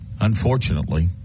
unfortunately